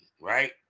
right